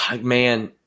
man